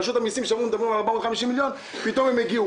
אנשי רשות המסים שמעו שמדברים על 450 מיליון שקל פתאום הם הגיעו.